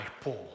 Paul